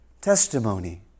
testimony